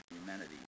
humanity